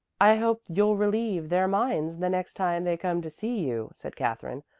i hope you'll relieve their minds the next time they come to see you, said katherine.